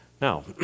Now